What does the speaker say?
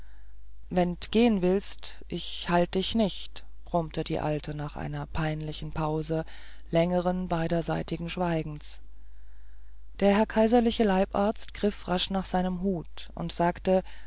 wenn d gehen willst ich halt dich nicht brummte die alte nach einer peinlichen pause längeren beiderseitigen stillschweigens der herr kaiserliche leibarzt griff rasch nach seinem hut und sagte